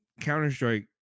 Counter-Strike